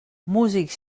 músics